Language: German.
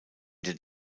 den